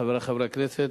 חברי חברי הכנסת,